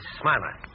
smiler